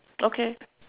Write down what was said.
okay